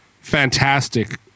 fantastic